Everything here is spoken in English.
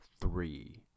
three